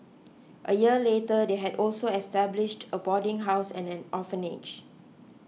a year later they had also established a boarding house and an orphanage